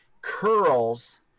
curls